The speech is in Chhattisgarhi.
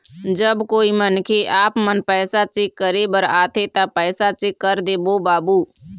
जब कोई मनखे आपमन पैसा चेक करे बर आथे ता पैसा चेक कर देबो बाबू?